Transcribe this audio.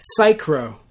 Psychro